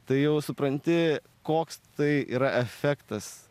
tai jau supranti koks tai yra efektas